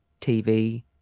TV